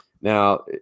now